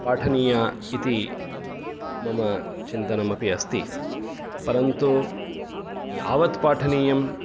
पाठनीया इति मम चिन्तनमपि अस्ति परन्तु यावत् पाठनीयम्